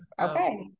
okay